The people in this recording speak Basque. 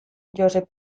josep